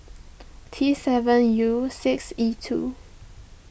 T seven U six E two